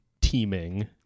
teaming